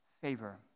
favor